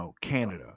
Canada